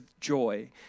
joy